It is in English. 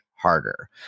harder